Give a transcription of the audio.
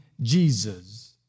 Jesus